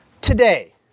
Today